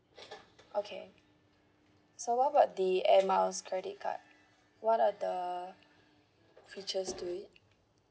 okay so what about the air miles credit card what are the features to it